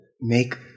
Make